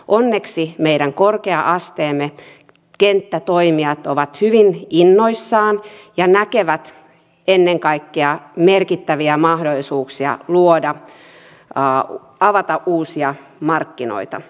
onneksi meidän korkea asteemme kenttätoimijat ovat hyvin innoissaan ja näkevät ennen kaikkea merkittäviä mahdollisuuksia luoda avata uusia markkinoita